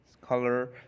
color